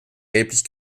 gelblich